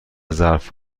ظرف